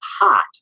hot